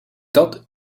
dat